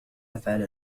أفعل